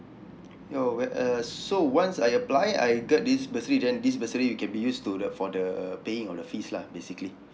yo where uh so once I apply I get this bursary then this bursary it can be used to the for the uh paying of the fees lah basically